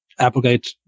Applegate